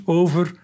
over